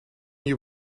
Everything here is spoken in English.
you